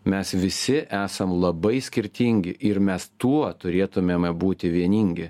mes visi esam labai skirtingi ir mes tuo turėtumėme būti vieningi